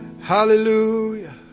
Hallelujah